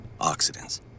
oxidants